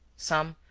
some,